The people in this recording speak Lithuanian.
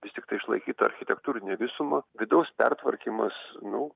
vis tiktai išlaikyt tą architektūrinę visumą vidaus pertvarkymas nu